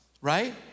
right